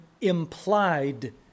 implied